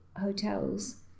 hotels